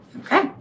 Okay